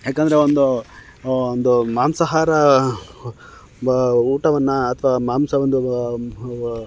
ಯಾಕಂದರೆ ಒಂದು ಒಂದು ಮಾಂಸಾಹಾರ ಬ ಊಟವನ್ನು ಅಥ್ವಾ ಮಾಂಸ ಒಂದು